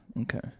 Okay